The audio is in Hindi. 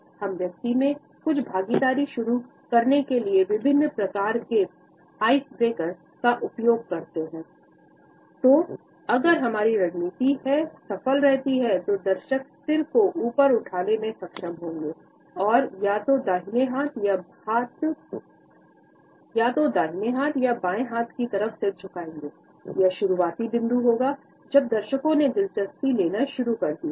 हम व्यक्ति में कुछ भागीदारी शुरू करने के लिए विभिन्न प्रकार के आइसब्रेकर का उपयोग कर सकते हैं तो अगर हमारी रणनीति है सफल रहती है तो दर्शक सिर को ऊपर उठाने में सक्षम होंगे यह शुरुआती बिंदु होगा जब दर्शकों ने दिलचस्पी लेना शुरू कर दिया है